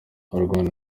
arwana